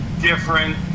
different